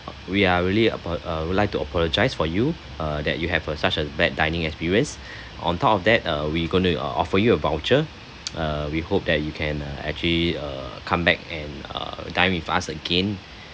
we are really apolo~ uh would like to apologise for you uh that you have a such a bad dining experience on top of that uh we going to offer you a voucher uh we hope that you can uh actually uh comeback and uh dine with us again